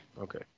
Okay